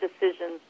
decisions